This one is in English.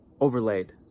overlaid